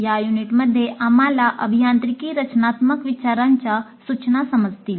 या युनिटमध्ये आम्हाला अभियांत्रिकी रचनात्मक विचारांच्या सूचना समजतील